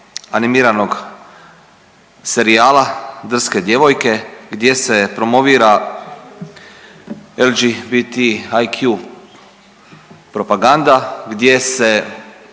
animiranog serijala Drske djevojke gdje se promovira LGBTAQ propaganda, gdje se